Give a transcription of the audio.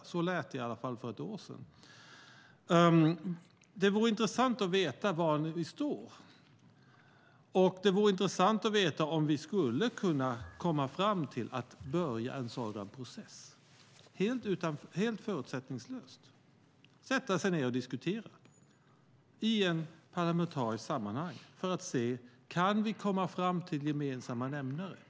Så lät det i alla fall för ett år sedan. Det vore intressant att veta om vi skulle kunna komma fram till att börja en sådan process, helt förutsättningslöst, sätta oss ned och diskutera i ett parlamentariskt sammanhang för att se om vi kan komma fram till gemensamma nämnare.